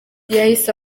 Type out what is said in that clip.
yahise